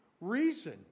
reason